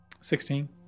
sixteen